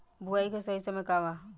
बुआई के सही समय का वा?